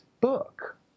book